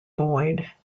boyd